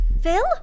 Phil